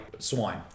Swine